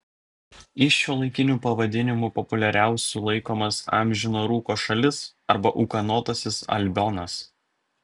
iš šiuolaikinių pavadinimų populiariausiu laikomas amžino rūko šalis arba ūkanotasis albionas